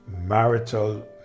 marital